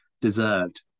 deserved